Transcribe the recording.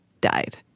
died